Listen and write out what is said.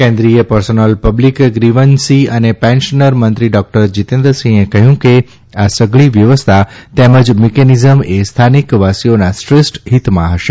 કેન્દ્રિય personnel public grievance અને pension મંત્રી ડાકટર જીતેન્દ્રસિંહે કહ્યું કે આ સઘળી વ્યવસ્થા તેમજ મીકેનીઝમ એ સ્થાનિક વાસીઓના શ્રેષ્ઠ ફીતમાં હશે